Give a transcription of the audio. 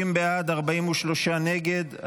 30 בעד, 43 נגד.